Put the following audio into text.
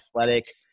athletic